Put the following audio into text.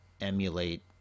emulate